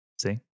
See